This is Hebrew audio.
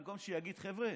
במקום שהוא יגיד: חבר'ה,